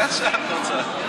איך שאת רוצה.